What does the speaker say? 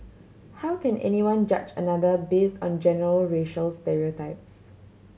how can anyone judge another base on general racial stereotypes